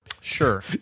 Sure